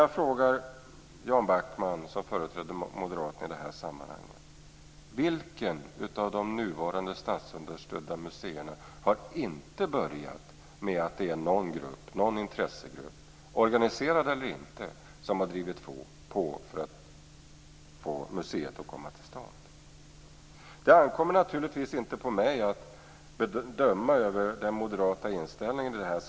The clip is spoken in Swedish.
Jag frågar Jan Backman - Moderaternas företrädare i det här sammanhanget - vilken av de nuvarande statsunderstödda museerna som i inledningen inte har haft en intressegrupp, organiserad eller inte, som drivit på för att museet skall komma till stånd? Det ankommer naturligtvis inte på mig att döma den moderata inställningen.